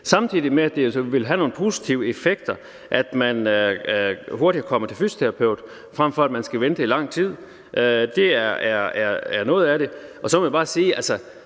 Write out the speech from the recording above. samtidig med at det så vil have nogle positive effekter, at man hurtigere kommer til fysioterapeut, frem for at man skal vente i lang tid. Det er en del af det. Så må jeg bare sige,